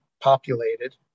populated